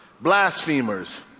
blasphemers